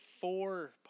four